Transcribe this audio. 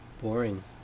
boring